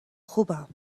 خوبم